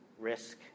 risk